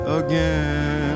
again